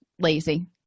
lazy